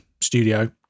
studio